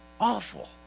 awful